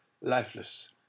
lifeless